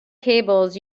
cables